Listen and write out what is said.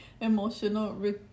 emotional